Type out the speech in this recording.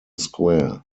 square